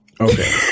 okay